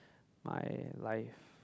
my life